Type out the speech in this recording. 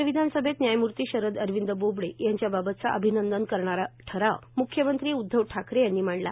राज्य विधानसभेत न्यायमूर्ती शरद अरविंद बोबडे यांच्याबाबतचा अभिनंदन करणारा ठराव म्ख्यमंत्री उदधव ठाकरे यांनी मांडला